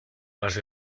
más